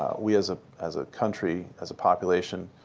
we as ah as a country, as a population,